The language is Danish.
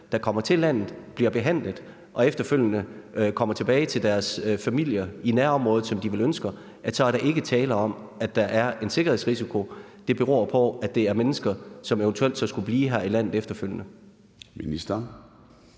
der kommer til landet, bliver behandlet og efterfølgende kommer tilbage til deres familie i nærområdet, som de vel ønsker, så er der ikke tale om, at der er en sikkerhedsrisiko; det beror på, at det er mennesker, som eventuelt så skulle blive her i landet efterfølgende?